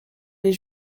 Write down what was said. les